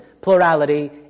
plurality